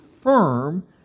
firm